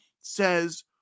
says